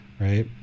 right